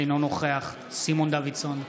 אינו נוכח סימון דוידסון,